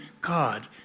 God